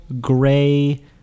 gray